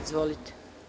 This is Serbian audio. Izvolite.